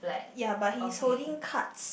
ya but he is holding cards